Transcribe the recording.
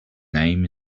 name